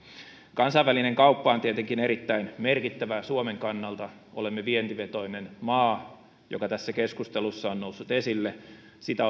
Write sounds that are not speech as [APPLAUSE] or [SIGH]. kansainvälinen kauppa on tietenkin erittäin merkittävää suomen kannalta olemme vientivetoinen maa mikä tässä keskustelussa on noussut esille sitä [UNINTELLIGIBLE]